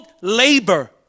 labor